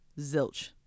Zilch